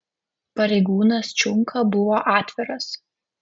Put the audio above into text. pareigūnas čiunka buvo atviras